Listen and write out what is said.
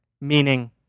meaning